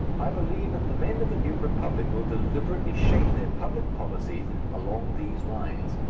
i believe that the men of the new republic will deliberately shape their public policy along these lines.